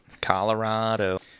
Colorado